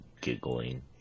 giggling